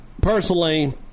Personally